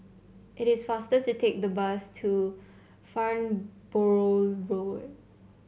it is faster to take the bus to Farnborough Road